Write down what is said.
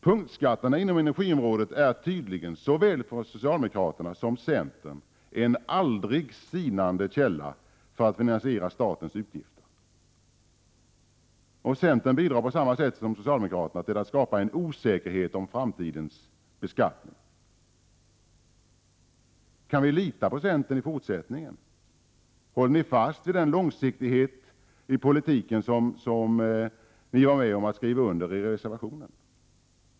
Punktskatterna inom energiområdet är tydligen för såväl socialdemokraterna som centern en aldrig sinande källa för att finansiera statens utgifter. Centern bidrar på samma sätt som socialdemokraterna till att skapa en osäkerhet om framtidens beskattning. Kan vi lita på centern i fortsättningen? Håller ni fast vid den långsiktighet i politiken som ni skrev under på i reservationen?